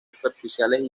superficiales